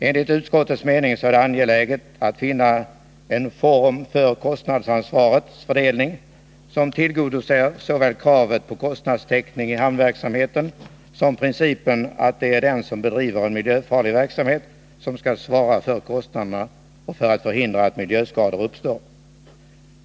Enligt utskottets mening är det angeläget att finna en form för kostnadsansvarets fördelning som tillgodoser såväl kravet på kostnadstäckning i hamnverksamheten som principen att det är den som bedriver en miljöfarlig verksamhet som skall svara för kostnaderna för att förhindra att miljöskador uppstår.